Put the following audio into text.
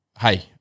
Hey